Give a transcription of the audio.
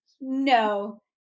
No